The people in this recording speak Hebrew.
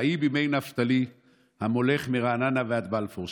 ויהי בימי נפתלי המולך מרעננה ועד בלפור,